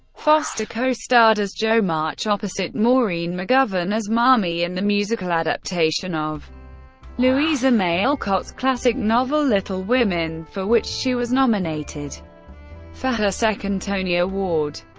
foster co-starred as jo march opposite maureen mcgovern as marmee in the musical adaptation of louisa may alcott's classic novel little women, for which she was nominated for her second tony award.